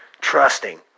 trusting